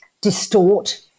distort